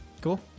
Cool